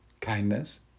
kindness